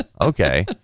okay